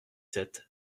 sept